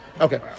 okay